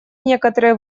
некоторые